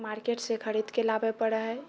मार्केटसँ खरीदके लाबे पड़ै हैय